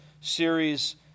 series